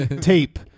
Tape